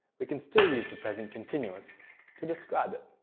we can still use the present continuous to describe it.